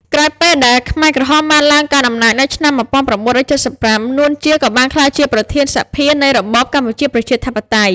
ក្រោយពេលដែលខ្មែរក្រហមបានឡើងកាន់អំណាច នៅឆ្នាំ១៩៧៥ នួន ជា ក៏បានក្លាយជាប្រធានសភានៃរបបកម្ពុជាប្រជាធិបតេយ្យ។